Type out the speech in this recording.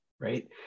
right